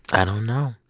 i don't know.